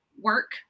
work